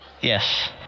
Yes